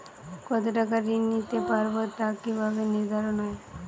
কতো টাকা ঋণ নিতে পারবো তা কি ভাবে নির্ধারণ হয়?